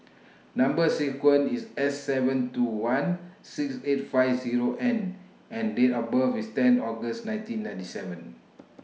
Number sequence IS S seven two one six eight five Zero N and Date of birth IS ten August nineteen ninety seven